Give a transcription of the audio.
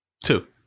Two